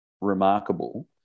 remarkable